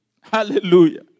Hallelujah